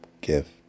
gift